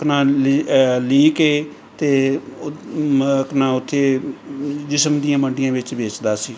ਆਪਣਾ ਲ ਲੀ ਕੇ ਅਤੇ ਆਪਣਾ ਉੱਥੇ ਜਿਸਮ ਦੀਆਂ ਮੰਡੀਆਂ ਵਿੱਚ ਵੇਚਦਾ ਸੀ